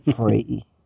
free